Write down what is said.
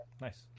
Nice